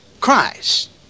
Christ